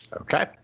Okay